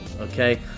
Okay